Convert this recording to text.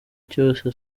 cyose